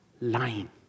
lying